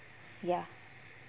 ya